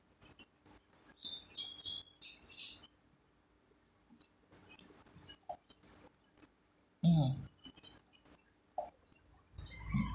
mm